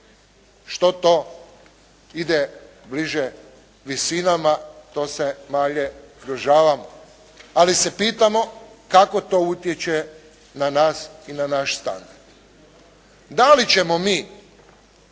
Što to ide bliže visinama, to se manje zgrožavam. Ali se pitamo kako to utječe na nas i na naš standard. Da li ćemo mi